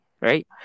right